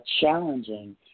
challenging